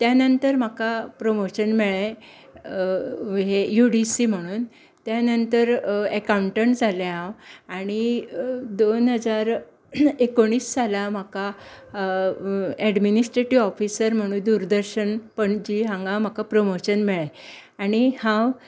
त्या नंतर म्हाका प्रोमोशन मेळ्ळें यू डी सी म्हणून त्या नंतर एकाउटंट जालें हांव आनी दोन हजार एकुणीस साला म्हाका एडमिनिस्ट्रेटीव ऑफिसर म्हणून दूरदर्शन पणजी हांगा म्हाका प्रोमोशन मेळ्ळें आनी हांव